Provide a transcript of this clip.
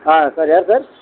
ஆ sir யார் sir